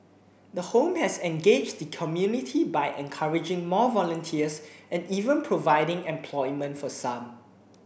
the home has engaged the community by encouraging more volunteers and even providing employment for some